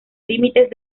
límites